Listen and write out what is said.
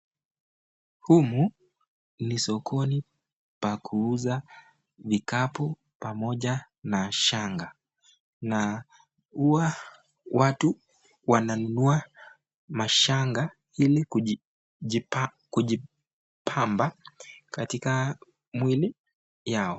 Humu ni sokoni pa kuuza vikapu pamoja na shanga na huwa watu wananunua mashanga ili kujipamba katika mwili yao.